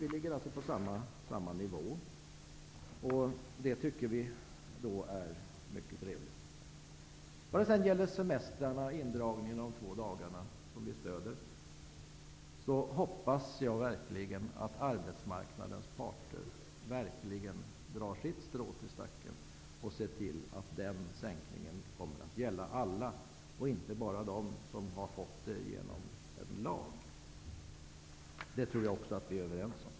Vi ligger alltså på samma nivå. Det är mycket trevligt. Vad sedan gäller indragningen av de två dagarna i semestrarna, vilket vi stöder, hoppas jag verkligen att arbetsmarknadens parter drar sitt strå till stacken och ser till att den minskningen kommer att gälla alla och inte bara dem som berörs av lagen. Det tror jag också att vi är överens om.